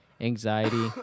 anxiety